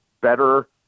better